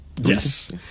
Yes